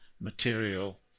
material